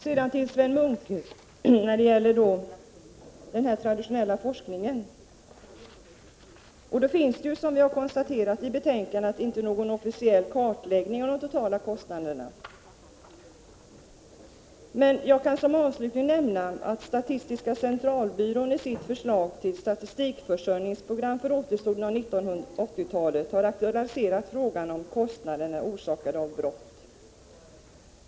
Sedan till Sven Munke när det gäller den traditionella forskningen: Det finns, som vi konstaterat i betänkandet, inte någon officiell kartläggning av de totala kostnaderna. Jag kan som avslutning nämna att statistiska centralbyrån i sitt förslag till statistikförsörjningsprogram för återstoden av 1980-talet har aktualiserat frågan om kostnader orsakade av brott.